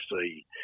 see